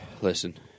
listen